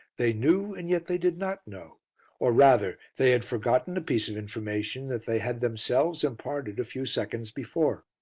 they knew, and yet they did not know or, rather, they had forgotten a piece of information that they had themselves imparted a few seconds before.